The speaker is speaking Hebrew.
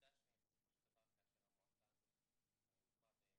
העובדה שבסופו של דבר כאשר המועצה הזאת הוקמה,